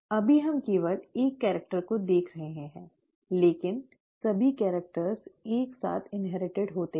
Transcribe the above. अभी हम केवल एक कैरिक्टर को देख रहे हैं लेकिन सभी कैरिक्टर एक साथ इन्हेरटिड होते हैं